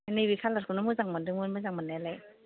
नैबे खालारखौनो मोजां मोनदोंमोन मोजां मोननायालाय